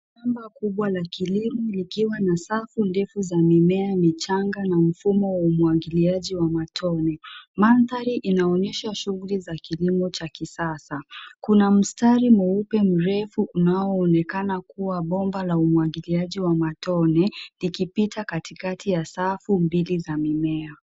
Shamba kubwa la kilimo likiwa na safu ndefu za mimea michanga na mfumo wa umwagiliaji wa matone. Mandhari inaonyesha shuguli za kilimo cha kisasa. Kuna mstari mweupe mrefu unaoonekana kuwa bomba la umwagiliaji wa matone likipita katikati ya safu mbili za mimea.